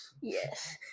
Yes